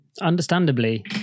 understandably